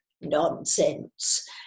Nonsense